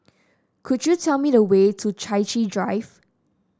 could you tell me the way to Chai Chee Drive